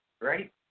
right